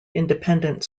independent